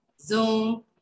Zoom